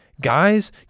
Guys